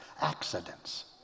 accidents